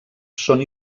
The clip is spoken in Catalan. són